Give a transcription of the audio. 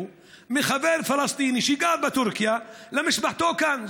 מחבר פלסטיני שגר בטורקיה למשפחתו כאן.